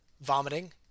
vomiting